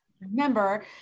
remember